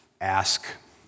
Ask